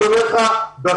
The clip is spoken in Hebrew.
אני אומר לך באחריות,